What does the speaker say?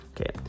okay